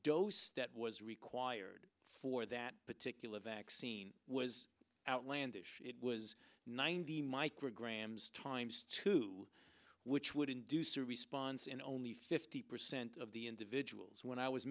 dose that was required for that particular vaccine was outlandish it was ninety micrograms times two which would induce a response in only fifty percent of the individuals when i was